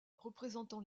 représentant